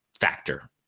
factor